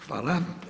Hvala.